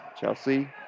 Chelsea